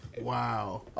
Wow